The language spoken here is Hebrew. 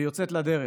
והיא יוצאת לדרך.